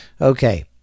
Okay